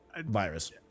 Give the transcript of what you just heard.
virus